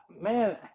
Man